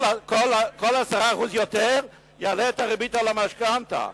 כל 10% יותר יעלה את הריבית על המשכנתה.